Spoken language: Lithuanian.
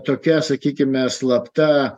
tokia sakykime slapta